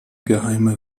geheime